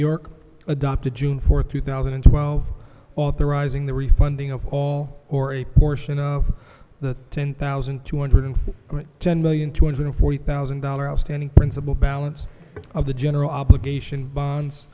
york adopted june fourth two thousand and twelve authorizing the refunding of all or a portion of the ten thousand two hundred ten million two hundred forty thousand dollars outstanding principle balance of the general obligation bonds